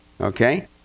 Okay